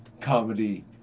comedy